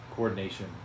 Coordination